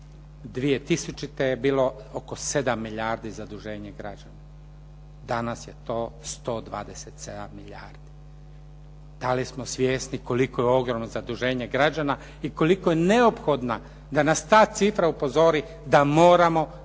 2000. je bilo oko 7 milijardi zaduženje građana, danas je to 127 milijardi. Da li smo svjesni koliko je ogromno zaduženje građana i koliko je neophodno da nas ta cifra upozori da moramo zakonom